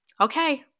Okay